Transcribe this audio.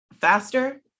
faster